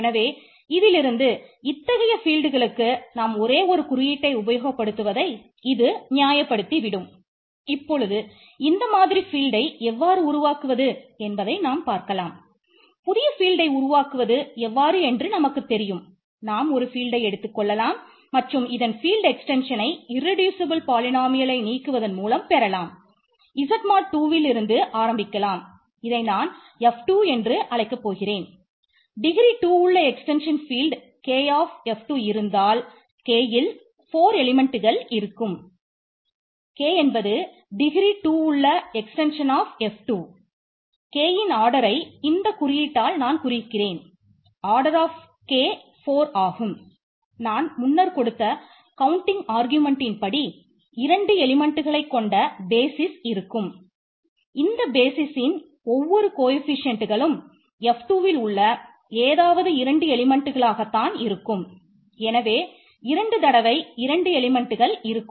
எனவே இதிலிருந்து இத்தகைய ஃபீல்ட்களுக்கு இருக்கும்